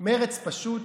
מרצ פשוט